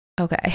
Okay